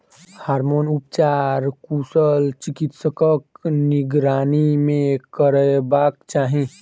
hormone उपचार कुशल चिकित्सकक निगरानी मे करयबाक चाही